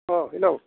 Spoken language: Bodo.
अ हेल'